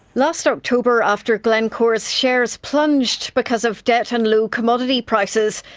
last october after glencore's shares plunged because of debt and low commodity prices,